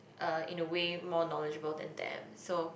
uh in a way more knowledgeable than them so